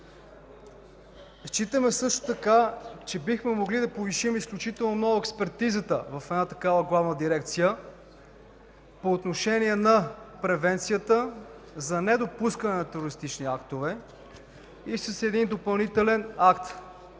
Считаме също така, че бихме могли да повишим изключително много експертизата в една такава Главна дирекция по отношение на превенцията за недопускане на терористични актове и с един допълнителен акт,